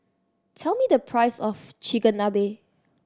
tell me the price of Chigenabe